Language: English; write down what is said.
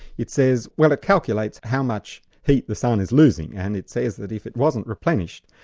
it says, well it calculates how much heat the sun is losing, and it says that if it wasn't replenished,